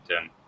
Ten